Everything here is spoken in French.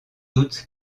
doute